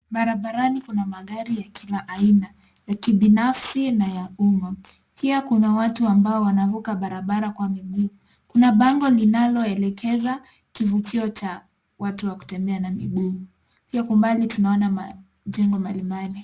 Barabarani kuna magari ya kila aina, ya kibanafsi na ya umma. Pia kuna watu ambao wanavuka barabara kwa miguu. Kuna bango linaloelekeza kivukio cha watu wa kutembea na miguu, pia kwa mbali tunaona majengo mbalimbali.